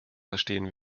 verstehen